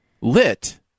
lit